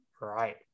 Right